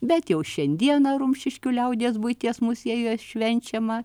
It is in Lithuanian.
bet jau šiandieną rumšiškių liaudies buities muziejuje švenčiama